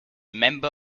member